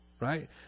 Right